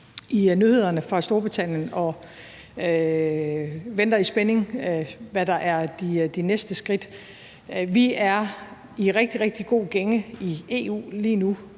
i nyhederne fra Storbritannien og venter i spænding på, hvad der er de næste skridt. Vi er i rigtig, rigtig god gænge i EU lige nu,